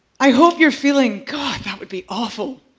i hope you are feeling, god, that would be awful!